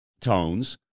tones